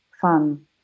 fun